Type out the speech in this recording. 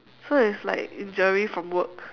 so there's like injury from work